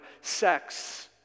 sex